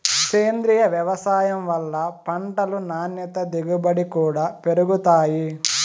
సేంద్రీయ వ్యవసాయం వల్ల పంటలు నాణ్యత దిగుబడి కూడా పెరుగుతాయి